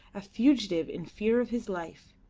a fugitive in fear of his life.